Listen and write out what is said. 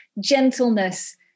gentleness